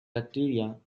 bacteria